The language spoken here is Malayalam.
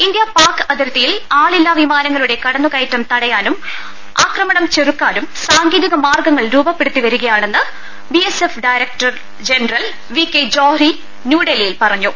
ഇന്ത്യാ പാക്ക് അതിർത്തിയിൽ ആളില്ലാ വിമാനങ്ങളുടെ കട ന്നുകയറ്റം തടയാനും ആക്രമണം ചെറുക്കാനും സാങ്കേതിക മാർഗ്ഗങ്ങൾ രൂപപ്പെടുത്തിവരികയാണെന്ന് BSF director general V K Johri ന്യൂഡൽഹിയിൽ പറഞ്ഞു